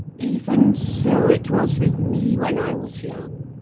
even so it was with me when i was young.